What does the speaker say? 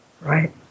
right